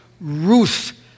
Ruth